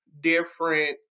different